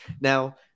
Now